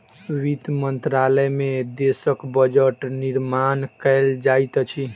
वित्त मंत्रालय में देशक बजट निर्माण कयल जाइत अछि